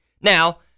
Now